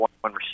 one